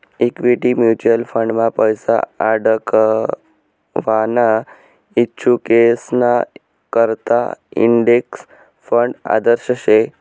equity mutual फंडमा पैसा आडकवाना इच्छुकेसना करता इंडेक्स फंड आदर्श शे